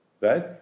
right